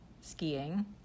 Skiing